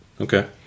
Okay